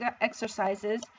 exercises